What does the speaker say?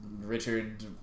Richard